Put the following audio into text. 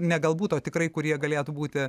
ne galbūt tikrai kurie galėtų būti